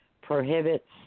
prohibits